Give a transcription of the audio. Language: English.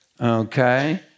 okay